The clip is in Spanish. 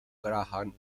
graham